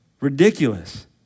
Ridiculous